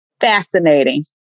Fascinating